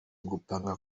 gupanga